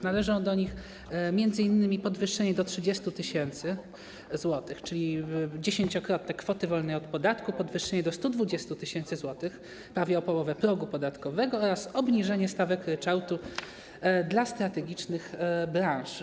Należą do nich m.in. podwyższenie do 30 tys. zł, czyli dziesięciokrotnie, kwoty wolnej od podatku, podwyższenie do 120 tys. zł, prawie o połowę, progu podatkowego oraz obniżenie stawek ryczałtu dla strategicznych branż.